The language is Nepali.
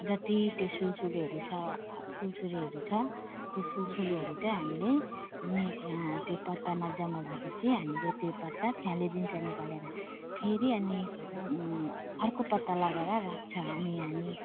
जति त्यो सुलसुलेहरू छ सुलसुलेहरू छ त्यो सुलसुलेहरू त हामीले नि त्यो पत्तामा जम्मा भए पछि हामीले त्यो पत्ता फालिदिन्छ निकालेर फेरि अनि अर्को पत्ता लगाएर राख्छ अनि हामी